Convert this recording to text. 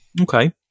okay